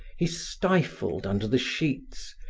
he stifled under the sheets,